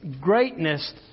greatness